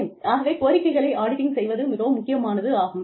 ஆகவே கோரிக்கைகளை ஆடிட்டிங் செய்வது மிகவும் முக்கியமானதாகும்